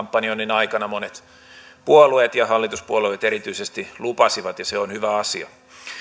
aikana monet puolueet ja hallituspuolueet erityisesti lupasivat ja se on hyvä asia